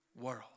world